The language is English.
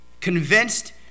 Convinced